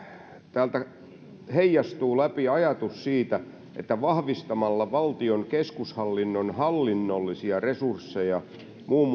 täältä heijastuu läpi ajatus siitä että vahvistamalla valtion keskushallinnon hallinnollisia resursseja muun